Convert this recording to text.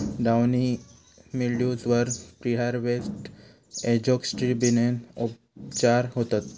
downy mildews वर preharvest एजोक्सिस्ट्रोबिनने उपचार होतत